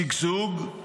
שגשוג,